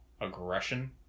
aggression